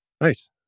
Nice